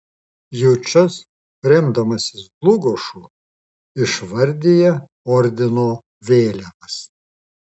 jučas remdamasis dlugošu išvardija ordino vėliavas